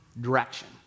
direction